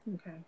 Okay